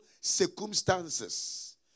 circumstances